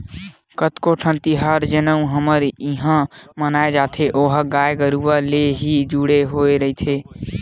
कतको ठन तिहार जउन हमर इहाँ मनाए जाथे ओहा गाय गरुवा ले ही जुड़े होय रहिथे